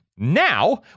Now